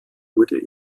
wurde